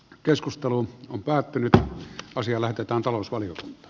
keskustelu on päättynyt ja asia laitetaan talous oli